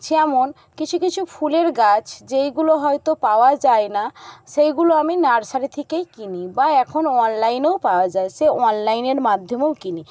যেমন কিছু কিছু ফুলের গাছ যেইগুলো হয়তো পাওয়া যায় না সেইগুলো আমি নার্সারি থেকেই কিনি বা এখন অনলাইনেও পাওয়া যায় সেই অনলাইনের মাধ্যমেও কিনি